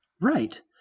Right